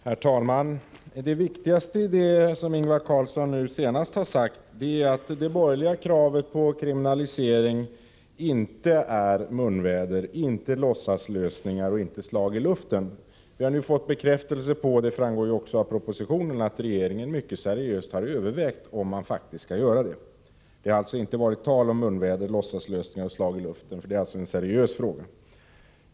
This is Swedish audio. Herr talman! Det viktigaste i det som Ingvar Carlsson senast sade är att det borgerliga kravet på kriminalisering inte är munväder, inte låtsaslösningar och inte slag i luften. Vi har nu fått bekräftelse på detta. Det framgår även av propositionen att regeringen faktiskt mycket seriöst har övervägt en kriminalisering. Det har inte varit tal om munväder, låtsaslösningar och slag i luften, utan det har varit en seriös fråga.